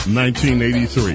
1983